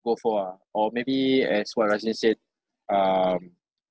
go for ah or maybe as what azin said um